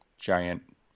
giant